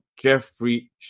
Jeffrey